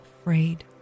Afraid